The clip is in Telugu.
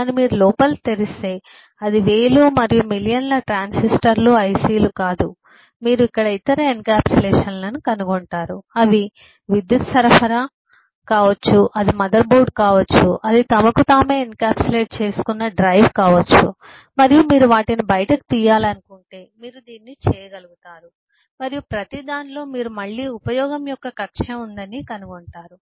కానీ మీరు లోపలికి తెరిస్తే అది వేలు మరియు మిలియన్ల ట్రాన్సిస్టర్లు ICలు కాదు మీరు ఇక్కడ ఇతర ఎన్క్యాప్సులేషన్లను కనుగొంటారు అవి విద్యుత్ సరఫరా కావచ్చు అది మదర్ బోర్డు కావచ్చు అది తమకు తామే ఎన్క్యాప్సులేట్ చేసుకున్న డ్రైవ్ కావచ్చు మరియు మీరు వాటిని బయటకు తీయాలనుకుంటే మీరు దీన్ని చేయగలుగుతారు మరియు ప్రతి దానిలో మీరు మళ్లీ ఉపయోగం యొక్క కక్ష్య ఉందని కనుగొంటారు